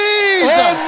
Jesus